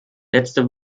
letzte